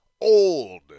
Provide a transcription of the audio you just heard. old